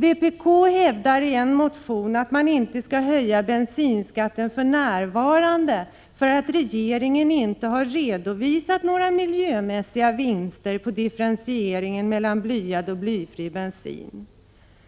Vpk hävdar i en motion att man inte skall höja bensinskatten för närvarande, eftersom regeringen inte har redovisat några miljömässiga vinster när det gäller differentieringen av skatten för blyad och blyfri bensin.